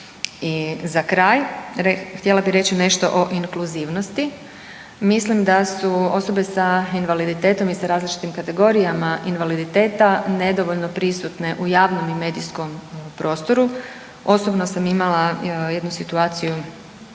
za kraj, htjela bih reći nešto o inkluzivnosti, mislim da su osobe sa invaliditetom i s različitim kategorijama invaliditeta nedovoljno prisutne u javnom i medijskom prostoru. Osobno sam imala jednu situaciju